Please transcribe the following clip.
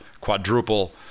quadruple